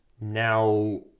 now